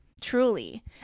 truly